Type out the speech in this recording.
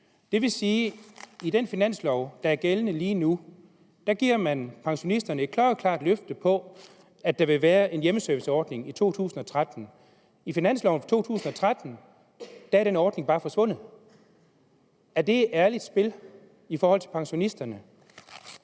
Det vil sige, at i den finanslov, der er gældende lige nu, giver man pensionisterne et klart, klart løfte om, at der vil være en hjemmeserviceordning i 2013. I finansloven for 2013 er den ordning bare forsvundet. Er det ærligt spil over for pensionisterne?